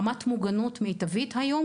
רמת המוגנות המיטבית היום,